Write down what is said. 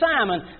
Simon